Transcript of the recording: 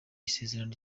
isezerano